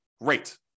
great